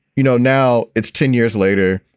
you know, now it's ten years later,